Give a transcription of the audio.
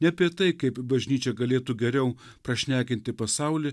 ne apie tai kaip bažnyčia galėtų geriau prašnekinti pasaulį